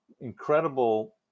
incredible